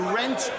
rent